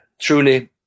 truly